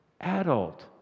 adult